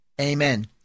Amen